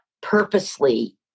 purposely